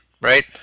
right